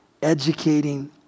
educating